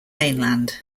mainland